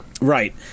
Right